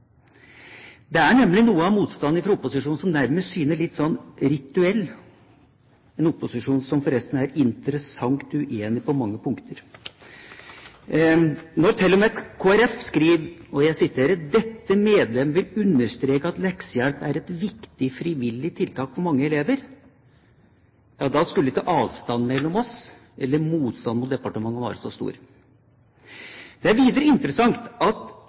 Det er nemlig noe av motstanden fra opposisjonen som nærmest synes som litt rituell – en opposisjon som forresten er interessant uenig på mange punkter. Når til og med Kristelig Folkeparti skriver: «Dette medlem vil understreke at leksehjelp er et viktig frivillig tiltak for mange elever», da skulle ikke avstanden mellom oss, eller motstanden mot departementet, være så stor. Det er videre interessant at